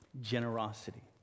generosity